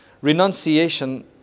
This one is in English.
renunciation